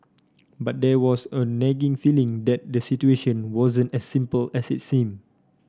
but there was a nagging feeling that the situation wasn't as simple as it seemed